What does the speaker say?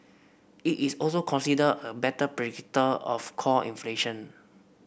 it is also considered a better predictor of core inflation